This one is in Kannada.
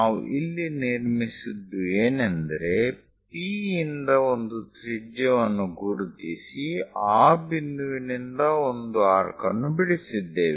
ನಾವು ಇಲ್ಲಿ ನಿರ್ಮಿಸಿದ್ದು ಏನೆಂದರೆ P ಇಂದ ಒಂದು ತ್ರಿಜ್ಯವನ್ನು ಗುರುತಿಸಿ ಆ ಬಿಂದುವಿನಿಂದ ಒಂದು ಆರ್ಕ್ ಅನ್ನು ಬಿಡಿಸಿದ್ದೇವೆ